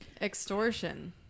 Extortion